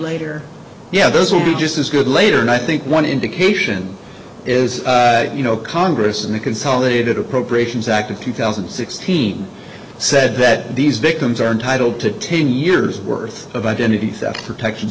later yeah those will be just as good later and i think one indication is that you know congress and the consolidated appropriations act of two thousand and sixteen said that these victims are entitled to ten years worth of identity theft protection